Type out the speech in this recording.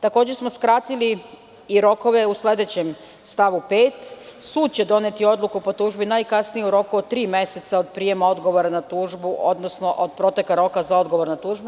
Takođe, smo skratili i rokove u sledećem stavu 5. sud će doneti odluku po tužni najkasnije u roku tri meseca od prijema odgovora na tužbu, odnosno od proteka roka za odgovor na tužbu.